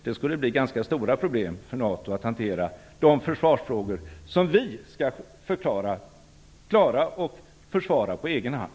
Det skulle bli ganska stora problem för NATO att hantera de försvarsfrågor som vi skall klara på egen hand.